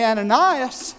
Ananias